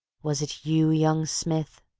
was it you, young smith,